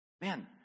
Man